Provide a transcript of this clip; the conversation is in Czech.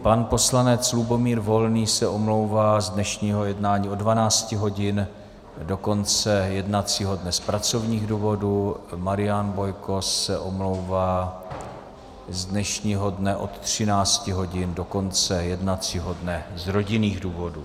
Pan poslanec Lubomír Volný se omlouvá z dnešního jednání od 12 hodin do konce jednacího dne z pracovních důvodů, Marian Bojko se omlouvá z dnešního dne od 13 hodin do konce jednacího dne z rodinných důvodů.